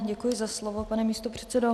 Děkuji za slovo, pane místopředsedo.